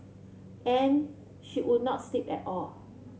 and she would not sleep at all